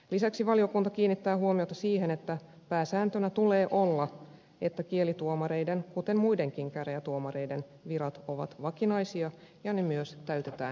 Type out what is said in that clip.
lisäksi valiokunta kiinnittää huomiota siihen että pääsääntönä tulee olla että kielituomareiden kuten muidenkin käräjätuomareiden virat ovat vakinaisia ja ne myös täytetään vakinaisesti